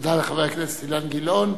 תודה לחבר הכנסת אילן גילאון.